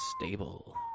stable